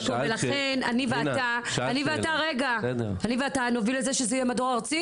ולכן אני ואתה נוביל את זה שזה יהיה מדור ארצי.